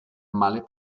male